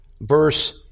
Verse